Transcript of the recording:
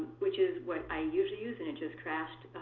which is what i usually use, and it just crashed,